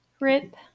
Rip